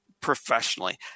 professionally